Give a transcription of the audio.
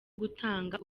gutanga